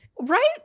right